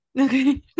Okay